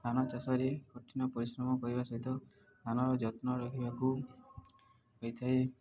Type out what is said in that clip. ଧାନ ଚାଷରେ କଠିନ ପରିଶ୍ରମ କରିବା ସହିତ ଧାନର ଯତ୍ନ ରହିବାକୁ ହୋଇଥାଏ